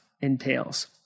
entails